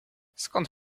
skąd